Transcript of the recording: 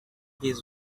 his